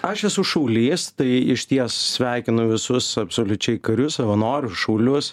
aš esu šaulys tai išties sveikinu visus absoliučiai karius savanorius šaulius